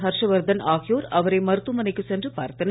ஹர்ஷவர்தன் ஆகியோர் அவரை மருத்துவமனைக்கு சென்று பார்த்தனர்